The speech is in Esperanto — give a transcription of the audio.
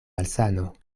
malsano